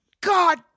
God